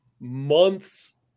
months